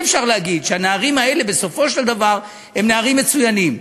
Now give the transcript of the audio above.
אי-אפשר להגיד שהנערים האלה בסופו של דבר הם נערים מצוינים.